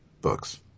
books